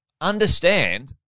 understand